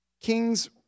Kings